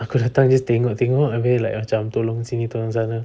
aku datang just tengok-tengok abeh like macam tolong sini tolong sana